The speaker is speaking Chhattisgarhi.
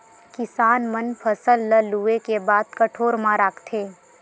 किसान मन फसल ल लूए के बाद कोठर म राखथे